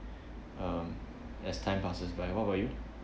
um as time passes by what about you